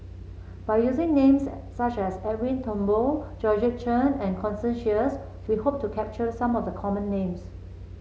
by using names such as Edwin Thumboo Georgette Chen and Constance Sheares we hope to capture some of the common names